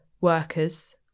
workers